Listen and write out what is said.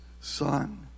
son